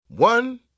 One